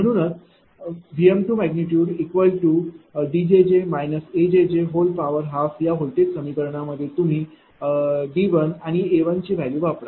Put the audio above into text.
म्हणूनच Vm2Djj A12या voltage समीकरणांमध्ये तुम्ही D आणि A ची व्हॅल्यू वापरा